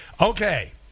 Okay